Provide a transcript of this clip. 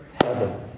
heaven